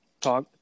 talk